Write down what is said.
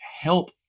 help